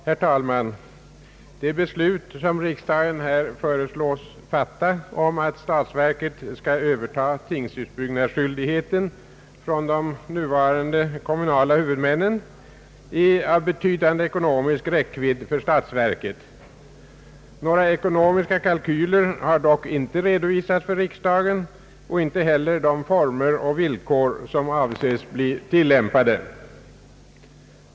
Herr talman! Det beslut som riksdagen här föreslås fatta om att statsverket skall överta tingshusbyggnadsskyldigheten från de nuvarande kommunala huvudmännen är av betydande ekonomisk räckvidd för statsverket. Några ekonomiska kalkyler har dock inte redovisats för riksdagen och inte heller de former och villkor som avses bli tillämpade.